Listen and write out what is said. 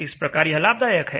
इस प्रकार यह लाभदायक है